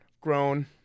grown